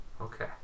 Okay